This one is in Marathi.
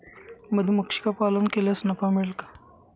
मधुमक्षिका पालन केल्यास नफा मिळेल का?